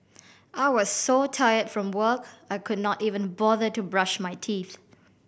I was so tired from work I could not even bother to brush my teeth